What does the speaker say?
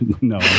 no